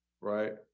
right